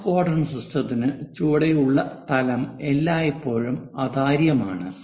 first quadrant സിസ്റ്റത്തിന് ചുവടെയുള്ള തലം എല്ലായ്പ്പോഴും അതാര്യമാണ്